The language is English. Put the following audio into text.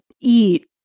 eat